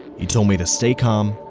he told me to stay calm,